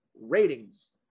ratings